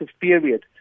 period